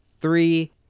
Three